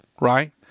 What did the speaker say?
right